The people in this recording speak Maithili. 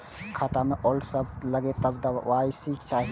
खाता में होल्ड सब लगे तब के.वाई.सी चाहि?